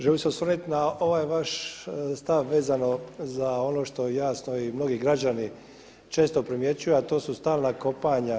Želio bih se osvrnuti na ovaj vaš stav vezano za ono što jasno i mnogi građani često primjećuju, a to su stalna kopanja.